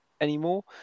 anymore